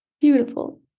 Beautiful